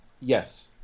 Yes